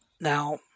Now